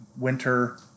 winter